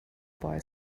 boy